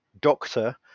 doctor